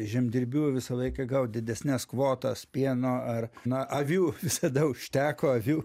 žemdirbių visą laiką gaut didesnes kvotas pieno ar na avių visada užteko avių